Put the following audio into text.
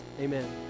Amen